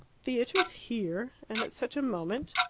theatres here? and at such a moment?